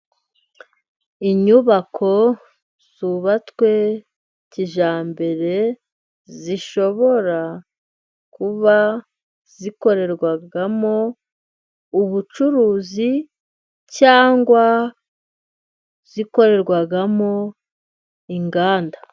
Inyubako zubatswe kijyambere, zishobora kuba zikorerwamo ubucuruzi cyangwa zikorerwamo inganda.